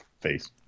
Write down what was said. face